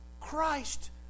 Christ